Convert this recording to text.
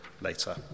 later